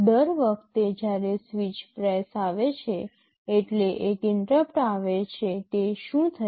દર વખતે જ્યારે સ્વીચ પ્રેસ આવે છે એટલે એક ઇન્ટરપ્ટ આવે છે તે શું થશે